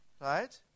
right